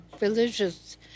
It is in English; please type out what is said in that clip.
religious